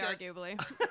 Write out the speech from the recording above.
arguably